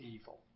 evil